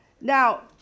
Now